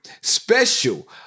special